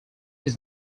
his